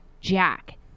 Jack